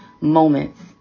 moments